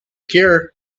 cure